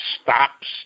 stops